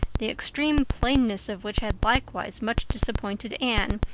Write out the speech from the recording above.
the extreme plainness of which had likewise much disappointed anne,